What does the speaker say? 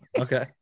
okay